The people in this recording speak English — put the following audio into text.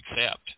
accept